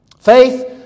faith